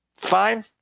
Fine